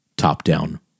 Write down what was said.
top-down